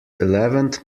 eleventh